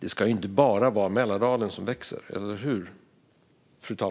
Det ska väl inte bara vara Mälardalen som växer, eller hur?